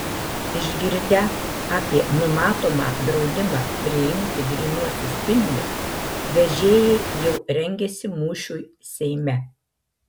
išgirdę apie numatomą draudimą priimti grynuosius pinigus vežėjai jau rengiasi mūšiui seime